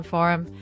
Forum